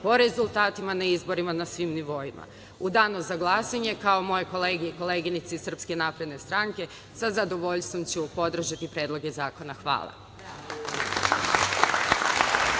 po rezultatima na izborima na svim nivoima. U danu za glasanje, kao moje kolege i koleginice iz SNS sa zadovoljstvom ću podržati predloge zakona. Hvala.